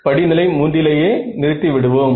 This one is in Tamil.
படிநிலை 3 லியே நிறுத்தி விடுவோம்